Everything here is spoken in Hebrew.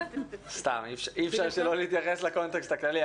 אי אפשר שלא להתייחס לקונטקסט הכללי,